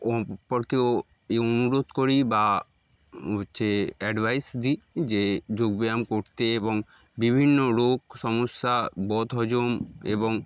অপরকেও এই অনুরোধ করি বা হচ্ছে অ্যাডভাইস দিই যে যোগব্যায়াম করতে এবং বিভিন্ন রোগ সমস্যা বদহজম এবং